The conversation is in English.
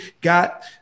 got